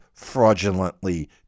fraudulently